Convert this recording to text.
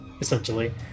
essentially